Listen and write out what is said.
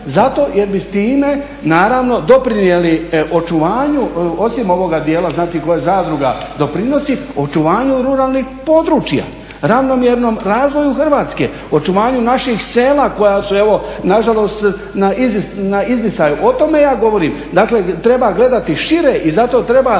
Zato jer bi time, naravno doprinijeli očuvanju osim ovoga dijela znači koje zadruga doprinosi očuvanju ruralnih područja, ravnomjernom razvoju Hrvatske, očuvanju naših sela koja su evo na žalost na izdisaju. O tome ja govorim. Dakle, treba gledati šire i zato treba